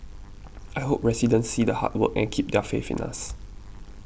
I hope residents see the hard work and keep their faith in us